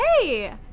Hey